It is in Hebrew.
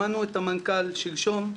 שמענו את המנכ"ל שלשום,